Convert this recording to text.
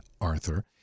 Arthur